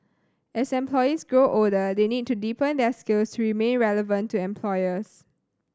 as employees grow older they need to deepen their skills to remain relevant to employers